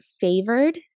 favored